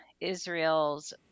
Israel's